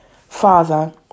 Father